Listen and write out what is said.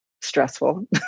stressful